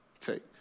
take